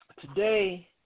today